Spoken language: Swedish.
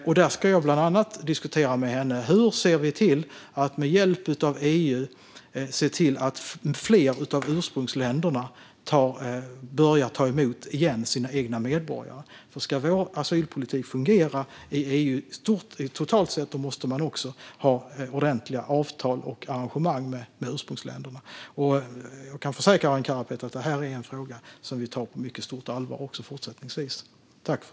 Jag ska med henne bland annat diskutera hur vi ser till att vi med hjälp av EU kan få fler av ursprungsländerna att åter börja ta emot sina egna medborgare. Om EU:s asylpolitik ska kunna fungera totalt sett måste vi också ha ordentliga avtal och arrangemang med ursprungsländerna. Jag kan försäkra Arin Karapet att vi även fortsättningsvis tar frågan på mycket stort allvar.